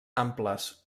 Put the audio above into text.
amples